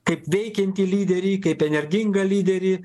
kaip veikiantį lyderį kaip energingą lyderį